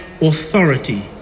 authority